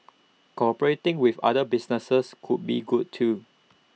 cooperating with other businesses could be good too